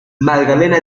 magdalena